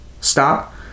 stop